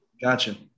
gotcha